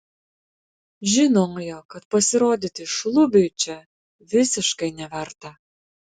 žinojo kad pasirodyti šlubiui čia visiškai neverta